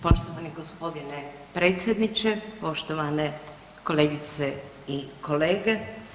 Poštovani g. potpredsjedniče, poštovane kolegice i kolege.